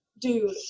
Dude